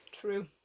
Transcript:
True